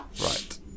Right